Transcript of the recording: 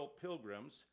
pilgrims